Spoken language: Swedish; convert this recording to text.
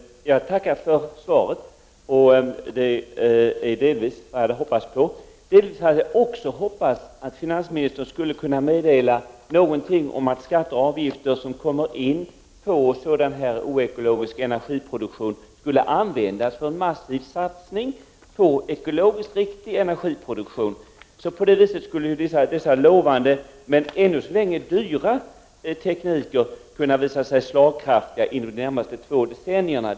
Herr talman! Jag tackar för svaret. Det är delvis vad jag hade hoppats på. Men jag hade också hoppats att finansministern skulle ha kunnat ge något besked om huruvida skatter och avgifter som tas ut på oekologisk energiproduktion kommer att kunna användas för en massiv satsning på en ekologiskt riktig energiproduktion. På det sättet skulle lovande men ännu så länge dyra tekniker kunna visa sig slagkraftiga inom de närmaste två decennierna.